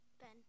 Ben